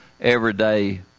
everyday